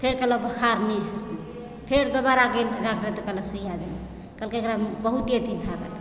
फेर कहलक बोखार नहि छुटलै फेर दोबारा गेल डॉक्टर लग तऽ कहलक सुइया देबै कहलकै एकरा बहुत अथी भए गेल है